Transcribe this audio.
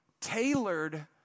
tailored